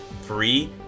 free